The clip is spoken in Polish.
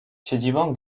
siedzibą